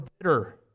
bitter